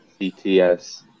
cts